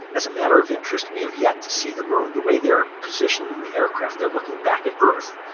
as a matter of interest, we have yet to see the moon. the way they are positioned in the aircraft, they're looking back at earth.